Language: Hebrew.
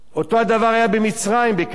אותו דבר היה במצרים, בקהיר,